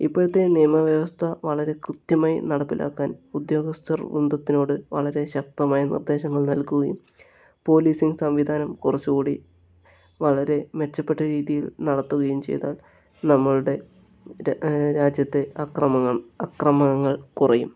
ഇപ്പോഴത്തെ നിയമ വ്യവസ്ഥ വളരെ കൃത്യമായി നടപ്പിലാക്കാൻ ഉദ്യോഗസ്ഥർ വൃന്ദത്തിനോട് വളരെ ശക്തമായി നിർദ്ദേശങ്ങൾ നൽകുകയും പോലീസിംഗ് സംവിധാനം കുറച്ചും കൂടി വളരെ മെച്ചപ്പെട്ട രീതിയിൽ നടത്തുകയും ചെയ്താൽ നമ്മൾടെ രാ രാജ്യത്തെ അക്രമങ്ങൾ അക്രമങ്ങൾ കുറയും